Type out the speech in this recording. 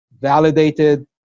validated